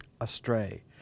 astray